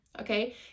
Okay